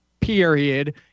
period